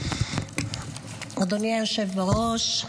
אדוני היושב בראש,